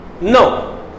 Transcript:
No